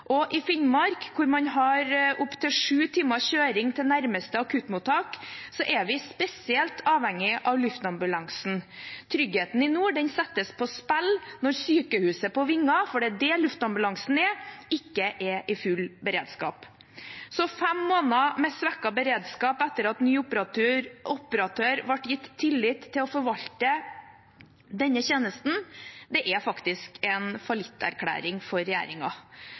I Finnmark, hvor man har opptil sju timers kjøring til nærmeste akuttmottak, er vi spesielt avhengig av luftambulansen. Tryggheten i nord settes på spill når sykehuset på vinger – for det er det luftambulansen er – ikke er i full beredskap. Fem måneder med svekket beredskap etter at ny operatør ble gitt tillit til å forvalte denne tjenesten, er faktisk en fallitterklæring for